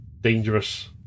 Dangerous